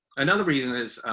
another reason is,